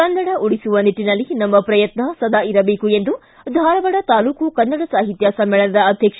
ಕನ್ನಡ ಉಳಿಸುವ ನಿಟ್ಟನಲ್ಲಿ ನಮ್ಮ ಪ್ರಯತ್ನ ಸದಾ ಇರಬೇಕು ಎಂದು ಧಾರವಾಡ ತಾಲೂಕು ಕನ್ನಡ ಸಾಹಿತ್ಯ ಸಮ್ಮೇಳನದ ಅಧ್ಯಕ್ಷ